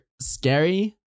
scary